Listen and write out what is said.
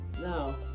Now